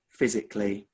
physically